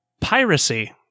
piracy